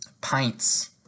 pints